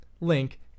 link